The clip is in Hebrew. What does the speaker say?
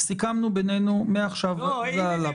סיכמנו בינינו מעכשיו והלאה,